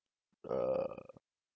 err